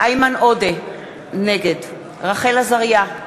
איימן עודה, נגד רחל עזריה,